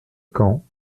camp